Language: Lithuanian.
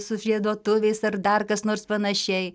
sužieduotuvės ar dar kas nors panašiai